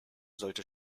sollte